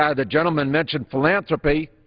ah the gentleman mentioned philanthropy.